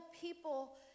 people